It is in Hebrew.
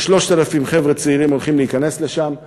ש-3,000 חבר'ה צעירים הולכים להיכנס אליה.